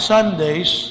Sundays